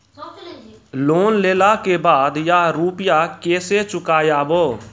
Loan लेला के बाद या रुपिया केसे चुकायाबो?